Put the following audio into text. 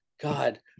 god